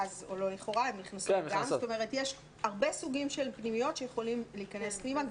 כלומר יש הרבה סוגים של פנימיות שיכולים להיכנס פנימה,